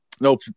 No